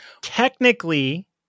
technically